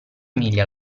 miglia